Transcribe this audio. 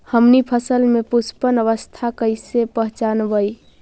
हमनी फसल में पुष्पन अवस्था कईसे पहचनबई?